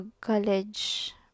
college